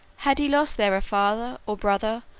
had he lost there a father, or brother,